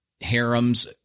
harems